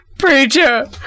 Preacher